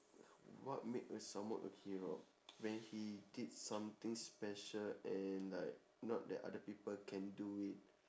what make uh someone a hero when he did something special and like not that other people can do it